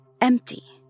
empty